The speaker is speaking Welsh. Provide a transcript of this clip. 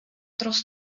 dros